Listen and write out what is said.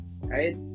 right